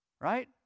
Right